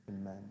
amen